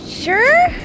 Sure